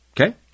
Okay